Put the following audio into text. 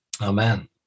Amen